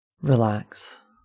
Relax